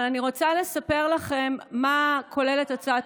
מה הוועדה הרלוונטית?